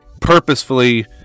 purposefully